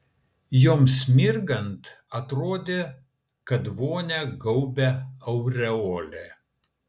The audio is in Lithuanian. joms mirgant atrodė kad vonią gaubia aureolė